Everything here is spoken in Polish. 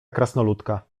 krasnoludka